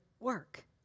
Work